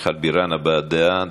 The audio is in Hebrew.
מיכל בירן, הבעת דעה.